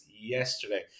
yesterday